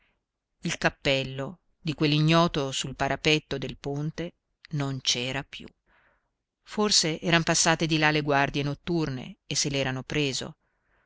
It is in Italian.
il cappello di quell'ignoto sul parapetto del ponte non c'era più forse eran passate di là le guardie notturne e se l'erano preso